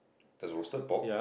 there's roasted pork